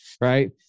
right